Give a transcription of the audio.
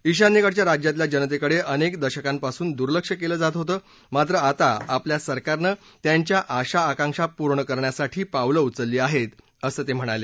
ईशान्येकडच्या राज्यातल्या जनतेकडे अनेक दशकांपासून दुर्लक्ष केलं जात होतं मात्र आता आपल्या सरकारनं त्यांच्या आशाआकांक्षा पूर्ण करण्यासाठी पावलं उचलली आहेत असं ते म्हणाले